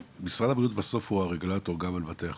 משרד הבריאות בסוף הוא הרגולטור גם על בתי החולים.